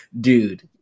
dude